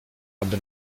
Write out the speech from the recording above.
aby